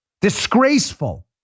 Disgraceful